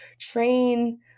train